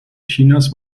chinas